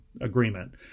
Agreement